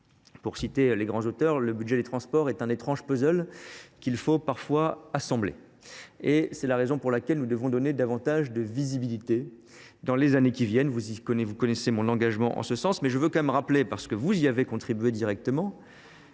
Tabarot et Fernique, le budget des transports est un étrange puzzle qu’il faut tâcher d’assembler. C’est la raison pour laquelle nous devons lui donner davantage de visibilité dans les années à venir. Vous connaissez mon engagement en ce sens, mais je veux tout de même le rappeler, parce que vous y avez contribué directement,